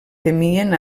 temien